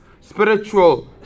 spiritual